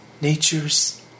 Nature's